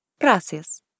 Gracias